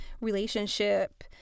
relationship